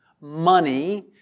money